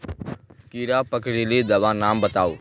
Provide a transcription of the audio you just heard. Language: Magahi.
कीड़ा पकरिले दाबा नाम बाताउ?